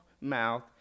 mouth